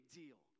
deal